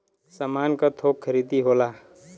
सामान क थोक खरीदी होला